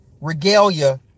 regalia